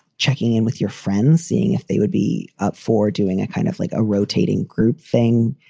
checking in with your friends, seeing if they would be up for doing a kind of like a rotating group thing,